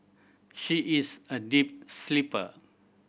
she is a deep sleeper